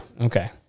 Okay